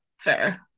fair